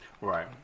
right